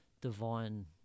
divine